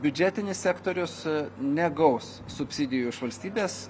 biudžetinis sektorius negaus subsidijų iš valstybės